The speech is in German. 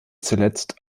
zuletzt